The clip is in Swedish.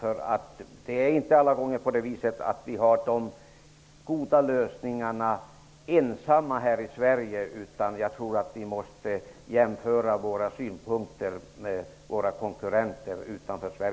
Vi ensamma här i Sverige har inte alltid de goda lösningarna, utan jag tror att vi måste jämföra våra synpunkter med våra konkurrenters utanför